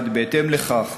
בהתאם לכך,